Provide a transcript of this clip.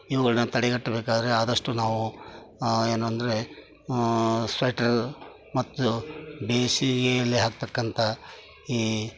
ಇವುಗಳನ್ನ ತಡೆಗಟ್ಬೇಕಾದರೆ ಆದಷ್ಟು ನಾವು ಏನು ಅಂದರೆ ಸ್ವೆಟರ್ ಮತ್ತು ಬೇಸಿಗೆಯಲ್ಲಿ ಹಾಕ್ತಕ್ಕಂಥಾ ಈ